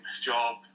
job